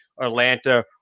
Atlanta